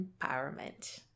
empowerment